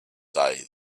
day